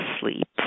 sleep